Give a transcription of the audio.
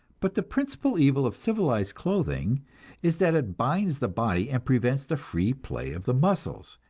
but the principal evil of civilized clothing is that it binds the body and prevents the free play of the muscles,